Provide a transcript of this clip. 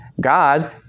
God